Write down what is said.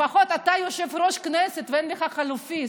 לפחות אתה יושב-ראש הכנסת ואין לך חלופי,